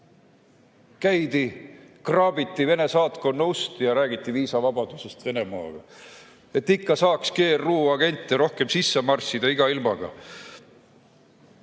käidi kraabiti Vene saatkonna ust ja räägiti viisavabadusest Venemaaga. Et ikka saaks GRU agente rohkem sisse marssida iga ilmaga!